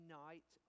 night